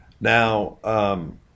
now